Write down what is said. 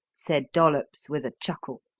said dollops with a chuckle.